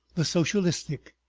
the socialistic,